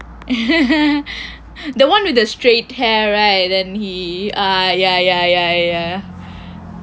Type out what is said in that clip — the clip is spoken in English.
the [one] with the straight hair right then he ah ya ya ya ya